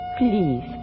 Please